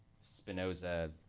Spinoza